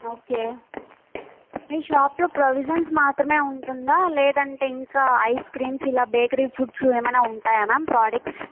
okay మీ షాప్లో provisions మాత్రమే ఉంటుందా లేదంటే ఇంకా ఐస్ క్రీమ్స్ ఇలా బేకరీ ఫుడ్స్ ఏమైనా ఉంటాయా మ్యామ్ ప్రొడక్ట్స్